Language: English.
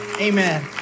Amen